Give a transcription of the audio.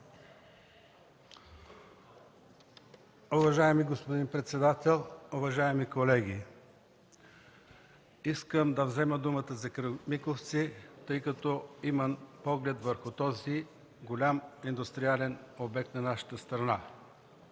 Уважаеми господин председател, уважаеми колеги! Искам да взема думата за „Кремиковци”, тъй като имам поглед върху този голям индустриален обект в нашата страна.